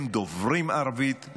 הם דוברים ערבית,